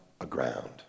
aground